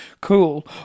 cool